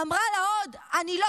אמרה לה עוד: אני לא